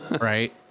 Right